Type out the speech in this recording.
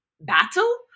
battle